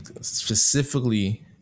specifically